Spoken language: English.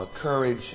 courage